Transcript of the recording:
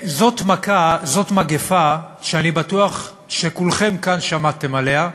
זו מכה, זו מגפה שאני בטוח שכולכם כאן שמעתם עליה,